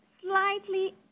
slightly